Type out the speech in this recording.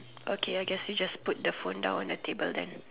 okay I guess you just put the phone down on the table then